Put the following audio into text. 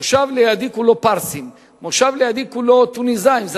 מושב לידי כולו פרסים, מושב לידי כולו תוניסאים.